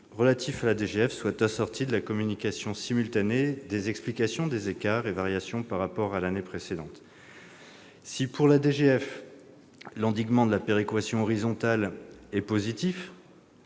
relatifs à la DGF soit assortie de la communication simultanée des explications des écarts et variations par rapport à l'année précédente. Si, pour la DGF, l'endiguement de la péréquation horizontale est positif,